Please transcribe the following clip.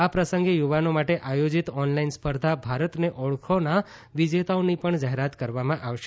આ પ્રસંગે યુવાનો માટે આયોજીત ઓનલાઈન સ્પર્ધા ભારતને ઓળખો નાં વિજેતાઓની પણ જાહેરાત કરવામાં આવશે